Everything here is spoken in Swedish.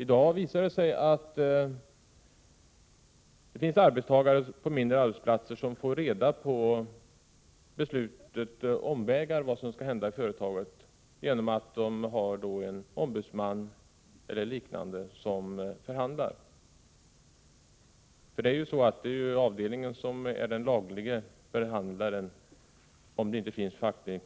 I dag visar det sig att det finns arbetstagare på mindre arbetsplatser som på omvägar får reda på vad som skall hända i företaget, eftersom de har en ombudsman eller liknande som förhandlar för dem. Avdelningen är ju den lagliga förhandlaren, om det inte finns en